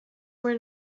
were